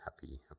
happy